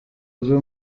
rwe